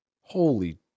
Holy